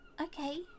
okay